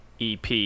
EP